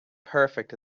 perfect